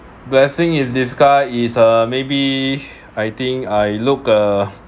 blessing in disguise is uh maybe I think I look a